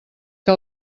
que